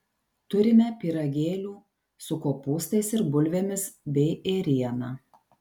turime pyragėlių su kopūstais ir bulvėmis bei ėriena